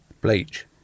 bleach